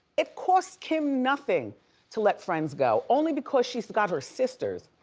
it costs kim nothing to let friends go, only because she's got her sisters.